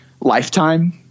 Lifetime –